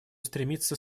стремиться